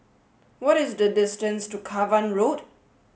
what is the distance to Cavan Road